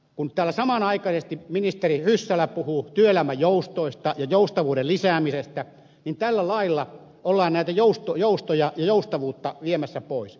kun täällä samanaikaisesti ministeri hyssälä puhuu työelämän joustoista ja joustavuuden lisäämisestä niin tällä lailla ollaan näitä joustoja ja joustavuutta viemässä pois